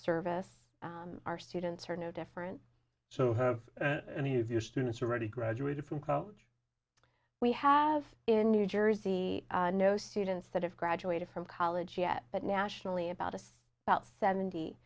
service our students are no different so how many of your students already graduated from college we have in new jersey no students that have graduated from college yet but nationally about us about seventy